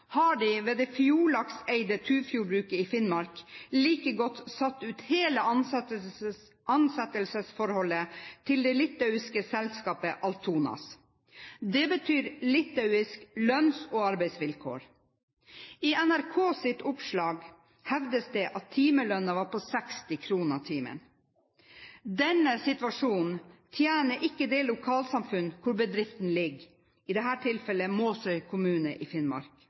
ved det Fjordlaks-eide Tufjordbruket i Finnmark like godt satt ut hele ansettelsesforholdet til det litauiske selskapet Altonas. Det betyr litauiske lønns- og arbeidsvilkår. I NRKs oppslag hevdes det at timelønnen var på 60 kr. Denne situasjonen tjener ikke det lokalsamfunnet hvor bedriften ligger, i dette tilfellet Måsøy kommune i Finnmark.